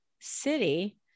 city